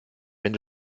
wenn